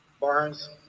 Barnes